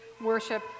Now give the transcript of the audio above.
worship